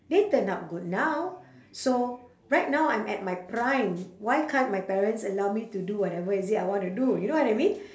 they turn out good now so right now I'm at my prime why can't my parents allow me to do whatever is it I want to do you know what I mean